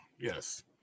Yes